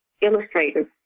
illustrators